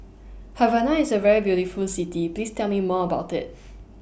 Havana IS A very beautiful City Please Tell Me More about IT